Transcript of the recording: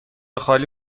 خالی